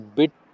bit